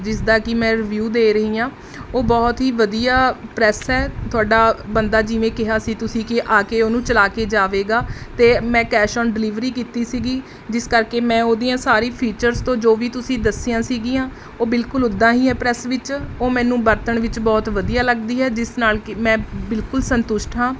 ਜਿਸਦਾ ਕਿ ਮੈਂ ਰਿਵਿਊ ਦੇ ਰਹੀ ਹਾਂ ਉਹ ਬਹੁਤ ਹੀ ਵਧੀਆ ਪ੍ਰੈੱਸ ਹੈ ਤੁਹਾਡਾ ਬੰਦਾ ਜਿਵੇਂ ਕਿਹਾ ਸੀ ਤੁਸੀਂ ਕਿ ਆ ਕੇ ਉਹਨੂੰ ਚਲਾ ਕੇ ਜਾਵੇਗਾ ਅਤੇ ਮੈਂ ਕੈਸ਼ ਔਨ ਡਿਲੀਵਰੀ ਕੀਤੀ ਸੀਗੀ ਜਿਸ ਕਰਕੇ ਮੈਂ ਉਹਦੀਆਂ ਸਾਰੀ ਫੀਚਰਸ ਤੋਂ ਜੋ ਵੀ ਤੁਸੀਂ ਦੱਸੀਆਂ ਸੀਗੀਆਂ ਉਹ ਬਿਲਕੁਲ ਉੱਦਾਂ ਹੀ ਹੈ ਪ੍ਰੈੱਸ ਵਿੱਚ ਉਹ ਮੈਨੂੰ ਵਰਤਣ ਵਿੱਚ ਬਹੁਤ ਵਧੀਆ ਲੱਗਦੀ ਹੈ ਜਿਸ ਨਾਲ ਕਿ ਮੈਂ ਬਿਲਕੁਲ ਸੰਤੁਸ਼ਟ ਹਾਂ